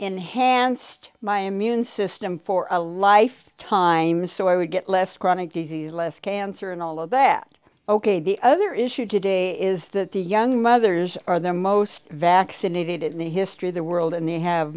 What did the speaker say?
enhanced my immune system for a life time so i would get less chronic disease less cancer and all of that ok the other issue today is that the young mothers are their most vaccinated in the history of the world and they have